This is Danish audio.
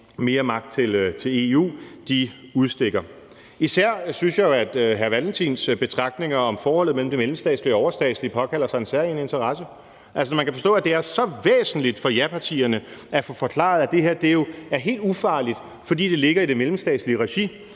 mere magt til EU, udsteder. Især synes jeg jo, at hr. Kim Valentins betragtninger om forholdet mellem det mellemstatslige og det overstatslige påkalder sig en særskilt interesse. Altså, når man kan forstå, at det er så væsentligt for japartierne at få forklaret, at det her jo er helt ufarligt, fordi det ligger i det mellemstatslige regi,